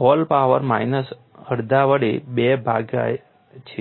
hall power minus અડધા વડે 2 ભાગાય છે